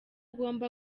ugomba